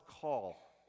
call